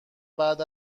بعد